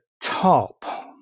top